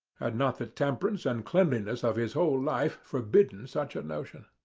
had not the temperance and cleanliness of his whole life forbidden such a notion.